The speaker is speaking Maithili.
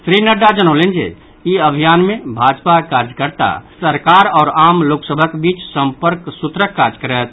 श्री नड्डा जनौलनि जे ई अभियान मे भाजपा कार्यकर्ता सरकार आओर आम लोक सभक बीच संपर्क सूत्रक काज करत